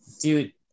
dude